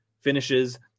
finishes